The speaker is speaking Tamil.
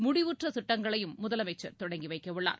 முடிவுற்ற திட்டங்களையும் முதலமைச்சர் தொடங்கி வைக்க உள்ளார்